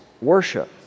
worship